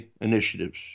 initiatives